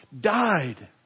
died